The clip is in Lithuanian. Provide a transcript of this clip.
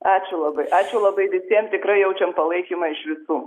ačiū labai ačiū labai visiem tikrai jaučiam palaikymą iš visų